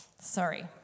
Sorry